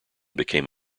became